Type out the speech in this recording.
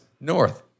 north